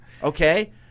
Okay